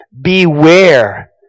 Beware